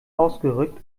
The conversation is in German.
ausgerückt